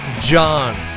John